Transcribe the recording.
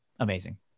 amazing